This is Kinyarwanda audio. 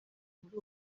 muri